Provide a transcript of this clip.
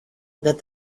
that